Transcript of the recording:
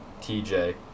TJ